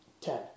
ten